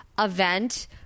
Event